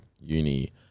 uni